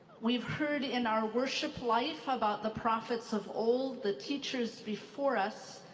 we've heard in our worship life about the prophets of old, the teachers before us.